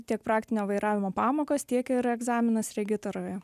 tiek praktinio vairavimo pamokas tiek ir egzaminas regitroje